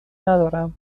ندارم